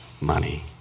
money